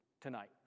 tonight